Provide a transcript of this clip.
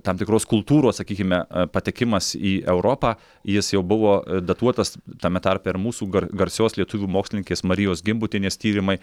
tam tikros kultūros sakykime patekimas į europą jis jau buvo datuotas tame tarpe ir mūsų garsios lietuvių mokslininkės marijos gimbutienės tyrimai